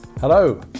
Hello